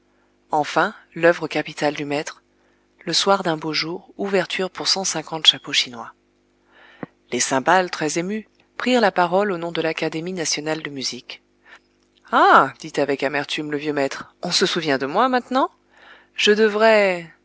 enfin l'œuvre capitale du maître le soir d'un beau jour ouverture pour cent cinquante chapeaux chinois les cymbales très émues prirent la parole au nom de l'académie nationale de musique ah dit avec amertume le vieux maître on se souvient de moi maintenant je devrais